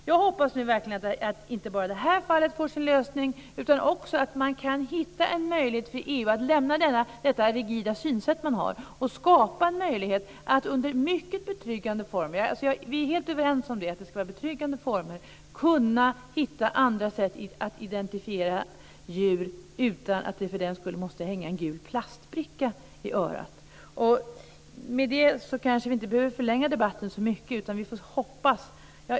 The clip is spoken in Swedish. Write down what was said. Jag hoppas nu verkligen att inte bara detta fall får sin lösning utan också att man kan hitta en möjlighet för EU att lämna detta rigida synsätt och finna andra sätt att identifiera djur under mycket betryggande former - vi är helt överens om att det ska vara betryggande former - utan att det för den skull måste hänga en gul platsbricka i örat på djuren. Med det behöver vi kanske inte förlänga debatten så mycket. Vi får hoppas.